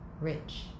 rich